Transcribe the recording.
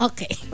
Okay